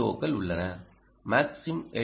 ஓக்கள் உள்ளன Maxim L